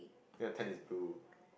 ya tent is blue